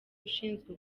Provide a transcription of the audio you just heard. ushinzwe